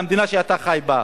למדינה שאתה חי בה.